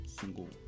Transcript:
single